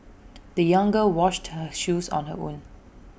the young girl washed her shoes on her own